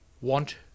want